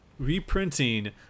reprinting